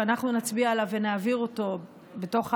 שנצביע עליו ונעביר אותו בתוך,